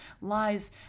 lies